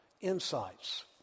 insights